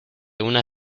una